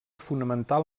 fonamental